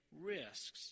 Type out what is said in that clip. risks